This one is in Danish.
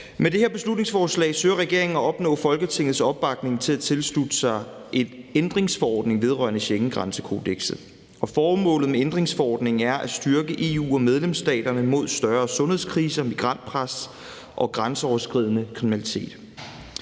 Med det her beslutningsforslag søger regeringen at opnå Folketingets opbakning til at tilslutte sig en ændringsforordning vedrørende Schengengrænsekodeksen . Formålet med ændringsforordningen er at styrke EU og medlemsstaterne mod større sundhedskriser, migrantpres og grænseoverskridende kriminalitet.